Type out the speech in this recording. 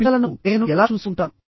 ఈ పిల్లలను నేను ఎలా చూసుకుంటాను